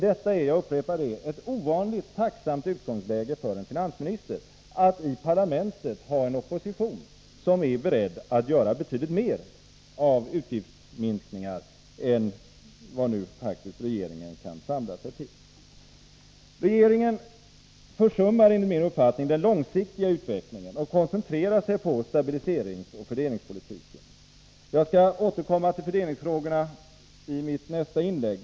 Det är — jag upprepar det — ett ovanligt tacksamt utgångsläge för finansministern att i parlamentet ha en opposition som är beredd att göra betydligt mer när det gäller utgiftsminskningar än vad faktiskt regeringen har föreslagit. Regeringen försummar enligt min uppfattning den långsiktiga utvecklingen och koncentrerar sig på stabiliseringsoch fördelningspolitiken. Jag skall återkomma till fördelningsfrågorna i mitt nästa inlägg.